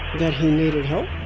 that he needed help,